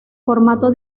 formato